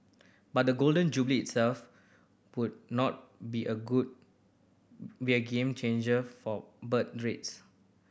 but the Golden Jubilee itself would not be a good be a game changer for birth rates